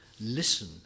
listen